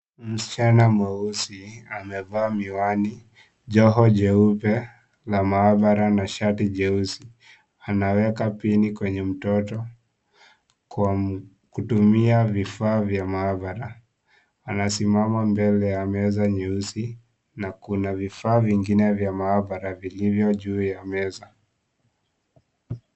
Msichana mweusi amevaa miwani, joho jeupe la maabara na shati jeusi. Anaweka pini kwenye mtoto kwa kutumia vifaa vya maaabara. Anasimama mbele ya meza nyeusi na kuna vifaa vingine vya maabara vilivyo juu ya meza.